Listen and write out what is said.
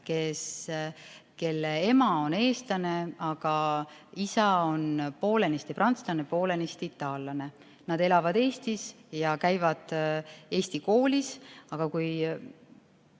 kelle ema on eestlane, aga isa on poolenisti prantslane ja poolenisti itaallane, nad elavad Eestis ja käivad eesti koolis, aga nad